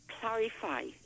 clarify